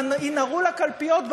ינהרו לקלפיות.